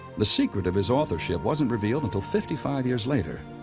the secret of his authorship wasn't revealed until fifty five years later,